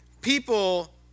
People